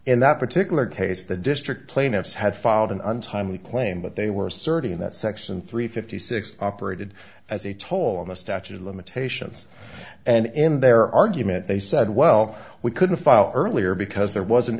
in that particular case the district plaintiffs had filed an untimely claim but they were asserting that section three fifty six operated as a toll on the statute of limitations and in their argument they said well we couldn't file earlier because there was